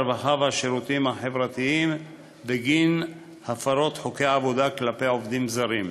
הרווחה והשירותים החברתיים בגין הפרות חוקי עבודה כלפי עובדים זרים,